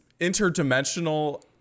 interdimensional